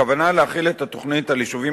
הכוונה היא להחיל את התוכנית על יישובים